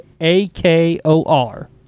A-K-O-R